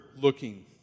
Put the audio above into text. looking